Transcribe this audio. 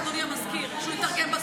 יש לו יותר מדי זמן, פשוט לתרגם לנו.